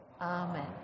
Amen